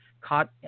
caught